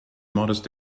modest